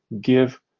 give